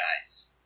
guys